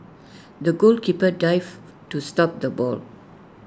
the goalkeeper dived to stop the ball